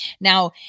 Now